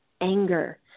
anger